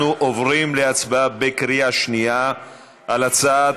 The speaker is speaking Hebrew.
אנחנו עוברים להצבעה בקריאה שנייה על הצעת